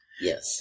Yes